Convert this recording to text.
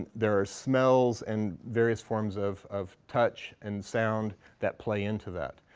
there are smells and various forms of of touch and sound that play into that.